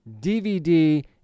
DVD